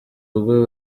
ubwo